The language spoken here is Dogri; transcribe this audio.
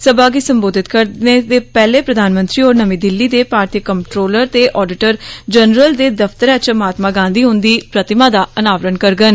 सभा गी सम्बोधित करने दे पैहले प्रधानमंत्री होर नमीं दिल्ली दे भारतीय कंट्रोलर ते आडिटर जनरल दे दफतरे च महात्मा गांधी हन्दी प्रतिमा दा अनावरन करडन